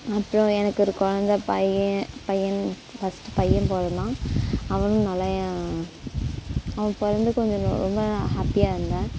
அப்புறம் எனக்கு ஒரு குழந்தை பையன் பையன் ஃபர்ஸ்ட் பையன் பிறந்தான் அவனும் நல்லா ஏன் அவன் பிறந்து கொஞ்சம் ரொம்ப ஹேப்பியாக இருந்தேன்